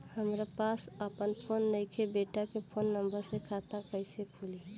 हमरा पास आपन फोन नईखे बेटा के फोन नंबर से खाता कइसे खुली?